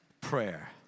prayer